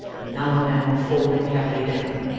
and now and then falling heavily down.